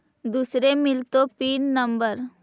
दुसरे मिलतै pin number?